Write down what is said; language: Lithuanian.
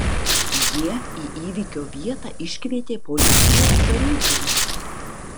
jie į įvykio vietą iškvietė policijos pareigūnus